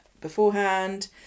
beforehand